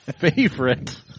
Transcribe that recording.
favorite